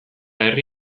herri